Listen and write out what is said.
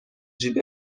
جیب